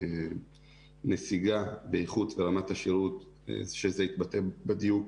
נסיגה באיכות ורמת השירות שהתבטא בדיוק,